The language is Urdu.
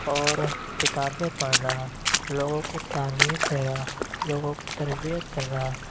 اور کتابیں پڑھنا لوگوں کو تعلیم دینا لوگوں کی تربیت کرنا